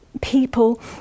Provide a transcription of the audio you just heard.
people